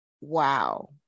Wow